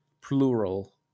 plural